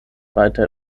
weiter